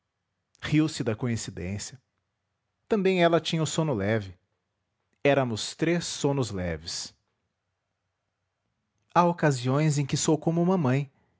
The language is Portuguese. riu-se da coincidência também ela tinha o sono leve éramos três sonos leves há ocasiões em que sou como mamãe